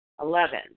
Eleven